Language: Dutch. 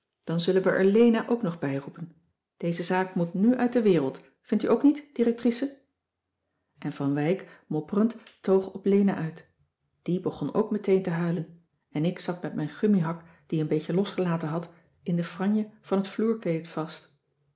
dan zullen we er lena ook nog bij roepen deze zaak moet nu uit de wereld vindt u ook niet directrice en van wijk mopperend toog op lena uit die begon ook meteen te huilen en ik zat met mijn gummihak die een beetje losgelaten had in de franje van het vloerkleed vast